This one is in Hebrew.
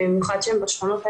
ובמיוחד שהם בשכונות האלה,